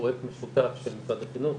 פרויקט משותף של משרד החינוך,